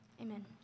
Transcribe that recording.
Amen